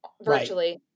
virtually